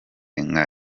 nka